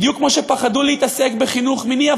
בדיוק כמו שפחדו להתעסק בחינוך מיני.